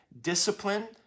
discipline